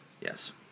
Yes